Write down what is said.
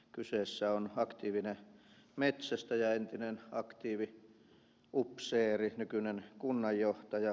kyseessä on aktiivinen metsästäjä entinen aktiiviupseeri nykyinen kunnanjohtaja